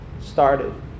started